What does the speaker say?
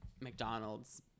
McDonald's